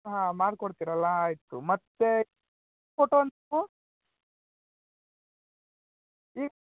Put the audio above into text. ಹಾಂ ಮಾಡ್ಕೊಡ್ತೀರಲ್ಲ ಆಯಿತು ಮತ್ತೆ ಈ